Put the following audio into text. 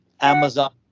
Amazon